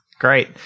Great